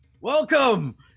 Welcome